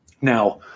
now